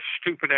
stupid